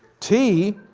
tee